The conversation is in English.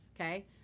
Okay